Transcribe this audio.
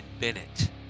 Bennett